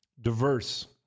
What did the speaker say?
diverse